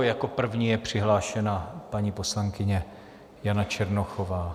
Jako první je přihlášena paní poslankyně Jana Černochová.